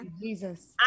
Jesus